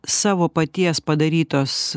savo paties padarytos